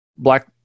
black